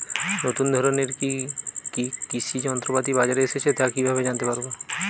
নতুন ধরনের কি কি কৃষি যন্ত্রপাতি বাজারে এসেছে তা কিভাবে জানতেপারব?